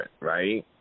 right